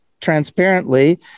transparently